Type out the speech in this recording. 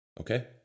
Okay